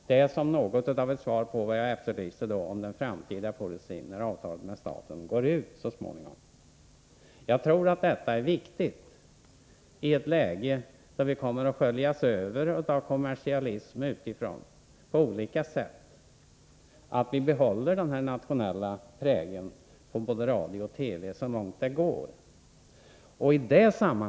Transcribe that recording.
Det sade han som något av ett svar på vad jag efterlyste beträffande den framtida policyn när avtalet med staten så småningom går ut. I ett läge då vi på olika sätt kommer att sköljas över av kommersialism utifrån tror jag det är viktigt att behålla en nationell prägel på vår radiooch TV-verksamhet så långt det går.